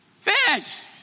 Fish